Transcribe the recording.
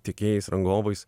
tiekėjais rangovais